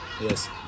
Yes